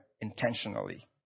intentionally